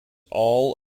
all